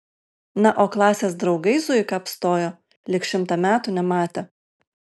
na o klasės draugai zuiką apstojo lyg šimtą metų nematę